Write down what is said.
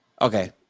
Okay